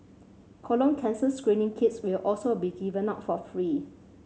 colon cancer screening kits will also be given out for free